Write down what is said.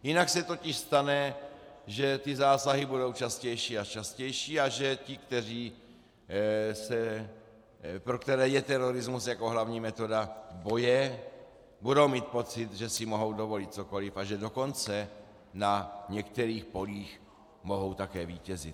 Jinak se totiž stane, že ty zásahy budou častější a častější a že ti, pro které je terorismus jako hlavní metoda boje, budou mít pocit, že si mohou dovolit cokoliv, a že dokonce na některých polích mohou také vítězit.